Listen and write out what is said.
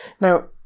Now